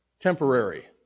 temporary